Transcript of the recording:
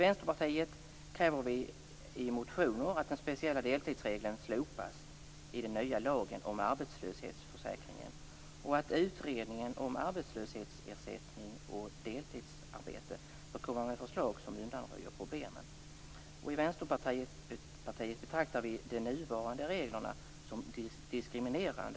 Vänsterpartiet kräver i motioner att den speciella deltidsregeln slopas i den nya lagen om arbetslöshetsförsäkringen och att utredningen om arbetslöshetsersättning och deltidsarbete får komma med förslag som undanröjer problemen. Vi i Vänsterpartiet betraktar de nuvarande reglerna som diskriminerande.